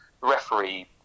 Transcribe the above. Referee